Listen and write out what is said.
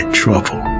trouble